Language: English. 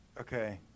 Okay